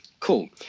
Cool